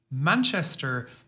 Manchester